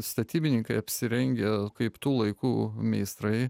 statybininkai apsirengę kaip tų laikų meistrai